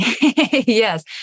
Yes